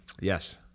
Yes